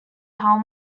how